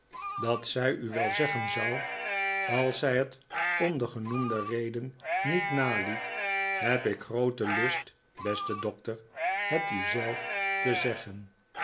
dat zij u wel zeggen zou als zij het om de genoemde reden niet naliet heb ik grooten lust beste doctor het u zelf te zeggen